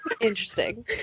Interesting